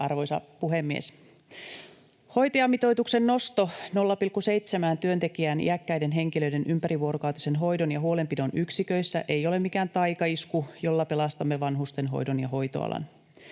Arvoisa puhemies! Hoitajamitoituksen nosto 0,7 työntekijään iäkkäiden henkilöiden ympärivuorokautisen hoidon ja huolenpidon yksiköissä ei ole mikään taikaisku, jolla pelastamme vanhustenhoidon ja hoitoalan.